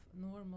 normal